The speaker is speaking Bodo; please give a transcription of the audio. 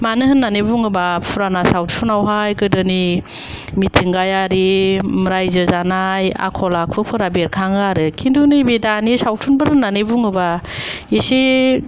मानो होननानै बुङोबा फुराना सावथुनावहाय गोदोनि मिथिंगायारि रायजो जानाय आखल आखुफोरा बेरखाङो आरो खिन्थु नैबे दानि सावथुनफोर होननानै बुङोबा एसे